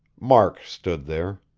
mark stood there.